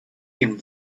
even